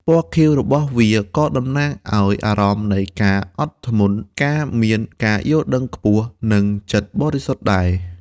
ពណ៌ខៀវរបស់វាក៏តំណាងឲ្យអារម្មណ៍នៃការអត់ធ្មត់ ការមានការយល់ដឹងខ្ពស់ និងចិត្តបរិសុទ្ធដែរ។